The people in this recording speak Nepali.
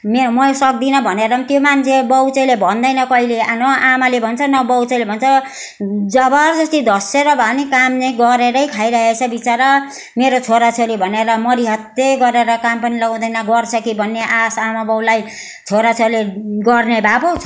मैले सक्दिनँ भनेर त्यो मान्छे बाउ चाहिँले भन्दैन कहिल्यै न आमाले भन्छ न बाउ चाहिँले भन्छ जबरजस्ती धस्सिएर भए पनि काम नै गरेर खाइरहेको छ बिचरा मेरा छोरा छोरी भनेर मरिहत्ते गरेर काम पनि लगाउँदैन गर्छ कि भन्ने आश आमा बाउलाई छोरा छोरीले गर्ने भए पो